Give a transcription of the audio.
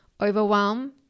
overwhelm